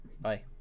Bye